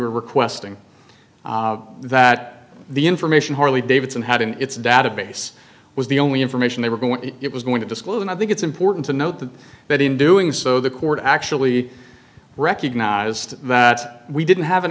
were requesting that the information harley davidson had in its database was the only information they were going it was going to disclose and i think it's important to note that that in doing so the court actually recognized that we didn't have an